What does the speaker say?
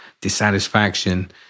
dissatisfaction